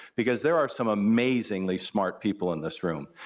because there are some amazingly smart people in this room,